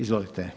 Izvolite.